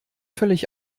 völlig